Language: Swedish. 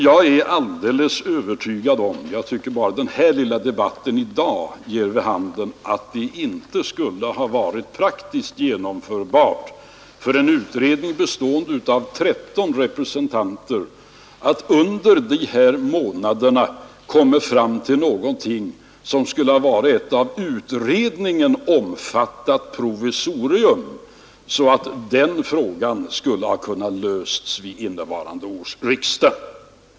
Jag är övertygad om — och jag tycker att redan denna lilla debatt i dag ger belägg för det — att det skulle ha varit praktiskt ogenomförbart för en utredning bestående av 13 representanter att under de gångna månaderna komma fram till ett av utredningen omfattat förslag till provisorium, så att ärendet kunde behandlas vid innevarande års riksdag.